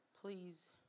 please